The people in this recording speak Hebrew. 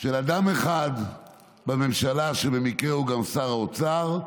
של אדם אחד בממשלה שבמקרה הוא גם שר האוצר,